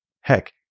Heck